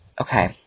Okay